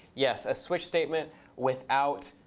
yes, a switch statement without